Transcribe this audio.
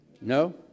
No